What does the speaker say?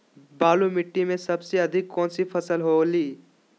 बालू मिट्टी में सबसे अधिक कौन सी फसल होगी?